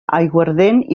aiguardent